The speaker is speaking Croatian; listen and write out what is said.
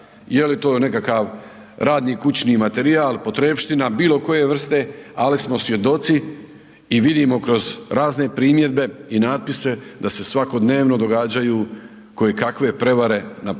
je li to nekakav radni kućni materijal, potrepština, bilo koje vrste, ali smo svjedoci i vidimo kroz razne primjedbe i natpise da se svakodnevno događaju kojekakve prevare na području